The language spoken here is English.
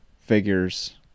figures